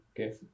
okay